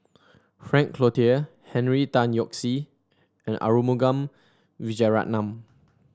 Frank Cloutier Henry Tan Yoke See and Arumugam Vijiaratnam